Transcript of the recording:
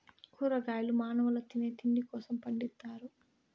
కూరగాయలు మానవుల తినే తిండి కోసం పండిత్తారు